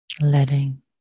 letting